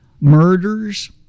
murders